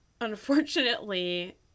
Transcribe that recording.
unfortunately